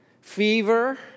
fever